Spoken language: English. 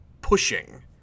pushing